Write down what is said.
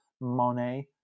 Monet